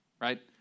right